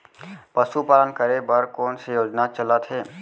पशुपालन करे बर कोन से योजना चलत हे?